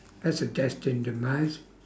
that's a destined demise